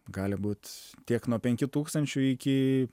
gali būt tiek nuo penkių tūkstančių iki